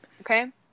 Okay